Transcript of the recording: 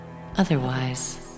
Otherwise